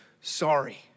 sorry